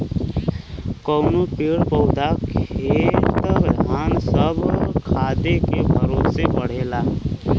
कउनो पेड़ पउधा खेत धान सब खादे के भरोसे बढ़ला